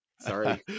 Sorry